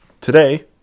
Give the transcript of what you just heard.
Today